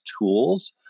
tools